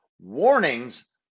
Warnings